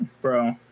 Bro